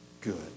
good